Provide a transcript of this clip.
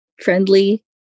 friendly